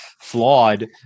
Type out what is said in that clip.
flawed